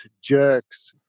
jerks